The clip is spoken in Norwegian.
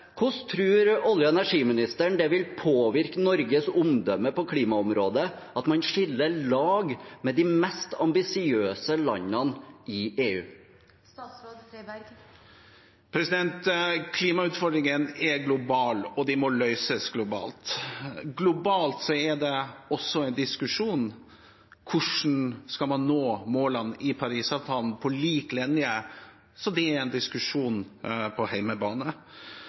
Hvordan tror olje- og energiministeren det vil påvirke Norges omdømme på klimaområdet at man skiller lag med de mest ambisiøse landene i EU? Klimautfordringene er globale, og de må løses globalt. Globalt er det også en diskusjon om hvordan man skal nå målene i Parisavtalen, på lik linje med diskusjonen på hjemmebane. Jeg viser bare til det som var svaret på